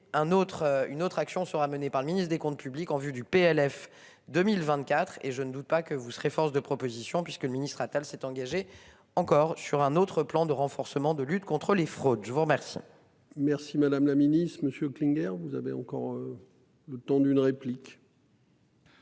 une autre action sera menée par le ministre des Comptes publics en vue du PLF 2024 et je ne doute pas que vous serez force de proposition, puisque le ministre Atal s'est engagée encore sur un autre plan de renforcement de lutte contre les fraudes. Je vous remercie. Merci Madame la Ministre Monsieur Klinger vous avez encore. Le temps d'une réplique.